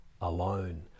alone